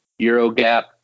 Eurogap